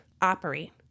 operate